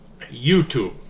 YouTube